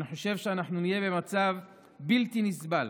אני חושב שאנחנו נהיה במצב בלתי נסבל.